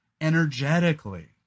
energetically